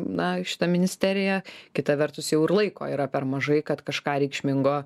na šita ministerija kita vertus jau ir laiko yra per mažai kad kažką reikšmingo